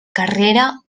carrera